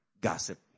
gossip